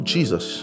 Jesus